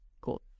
Cool